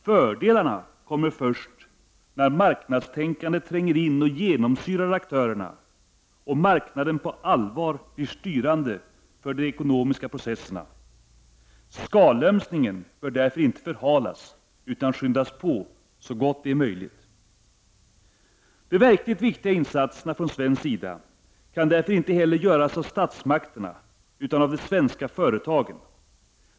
Fördelarna kommer först när marknadstänkandet tränger in och genomsyrar aktörerna, och marknaden på allvar blir styrande för de ekonomiska processerna. Skalömsningen bör därför inte förhalas utan skyndas på så gott det är möjligt. De verkligt viktiga insatserna från svensk sida kan därför inte heller göras av statsmakterna utan av de svenska företagen.